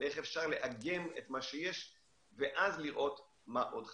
איך אפשר לאגם את מה שיש ואז לראות מה עוד חסר.